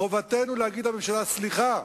חובתנו להגיד לממשלה: סליחה,